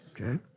Okay